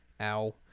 Ow